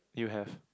you have